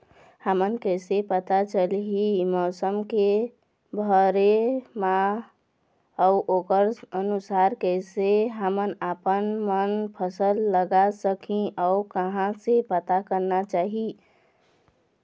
हमन कैसे पता चलही मौसम के भरे बर मा अउ ओकर अनुसार कैसे हम आपमन फसल लगा सकही अउ कहां से पता करना चाही?